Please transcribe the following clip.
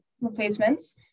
replacements